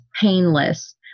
painless